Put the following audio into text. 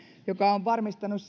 mikä on varmistanut